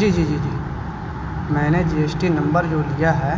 جی جی جی جی میں نے جی ایس ٹی نمبر جو لیا ہے